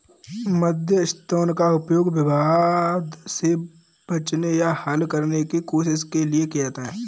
मध्यस्थता का उपयोग विवाद से बचने या हल करने की कोशिश के लिए किया जाता हैं